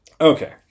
Okay